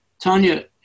Tanya